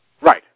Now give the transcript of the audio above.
Right